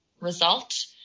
result